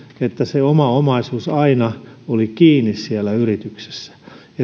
että oma omaisuus aina oli kiinni siellä yrityksessä